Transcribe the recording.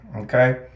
Okay